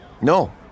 No